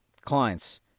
clients